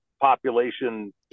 population